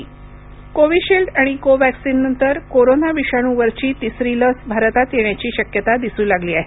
तिसरी कोरोना लस कोव्हिशील्ड आणि कोव्हॅक्सिननंतर कोरोना विषाणूवरची तिसरी लस भारतात येण्याची शक्यता दिसू लागली आहे